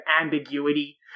ambiguity